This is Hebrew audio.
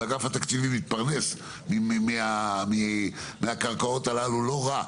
אגף התקציבים מתפרנס מהקרקעות הללו לא רע.